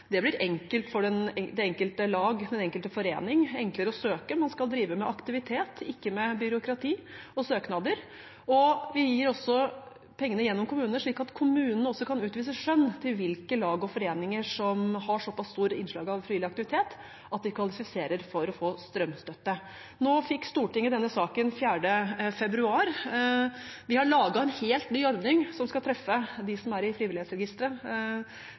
Det blir enklere å søke for det enkelte lag, den enkelte forening. Man skal drive med aktivitet, ikke med byråkrati og søknader. Vi gir også pengene gjennom kommunene slik at kommunene også kan utvise skjønn overfor hvilke lag og foreninger som har såpass stort innslag av frivillig aktivitet at de kvalifiserer for å få strømstøtte. Nå fikk Stortinget denne saken 4. februar. Vi har laget en helt ny ordning som skal treffe dem som er i frivillighetsregisteret.